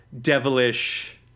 devilish